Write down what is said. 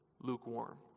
lukewarm